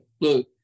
Look